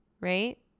right